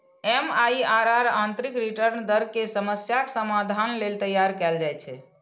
MIRR आंतरिक return दर के समस्याक समाधान लेल तैयार कैल जाइ छै